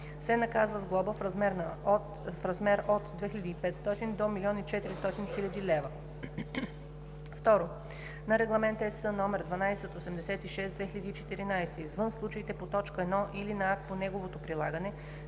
се наказва с глоба в размер от 2500 до 1 400 000 лв.; 2. на Регламент (ЕС) № 1286/2014, извън случаите по т. 1, или на акт по неговото прилагане,